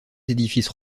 édifices